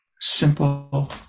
simple